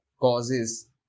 causes